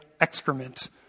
excrement